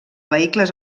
vehicles